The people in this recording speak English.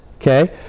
okay